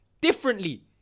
Differently